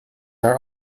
are